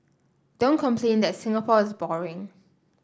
don't complain that Singapore is boring